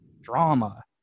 drama